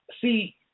see